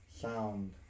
sound